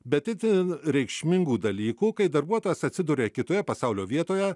bet itin reikšmingų dalykų kai darbuotojas atsiduria kitoje pasaulio vietoje